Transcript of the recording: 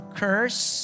curse